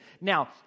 now